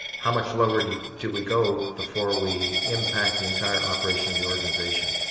how much lower do do we go before we impact the entire operation in the organization?